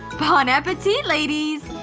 bon appetite, ladies!